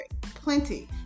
plenty